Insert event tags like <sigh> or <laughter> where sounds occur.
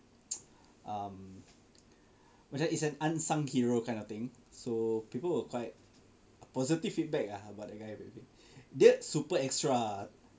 <noise> um macam it's an unsung hero kind of thing so people were quite uh positive feedback ah about the guy dia super extra ah